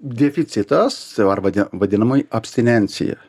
deficitas arba nie vadinamoji abstinencija